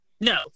no